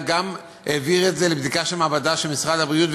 אלא גם העבירו את זה לבדיקה של מעבדה של משרד הבריאות,